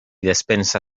despensa